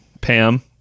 Pam